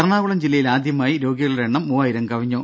എറണാകുളം ജില്ലയിൽ ആദ്യമായി രോഗികളുടെ എണ്ണം മൂവായിരം കവിഞ്ഞു